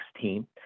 team